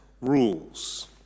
rules